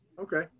Okay